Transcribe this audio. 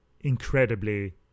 incredibly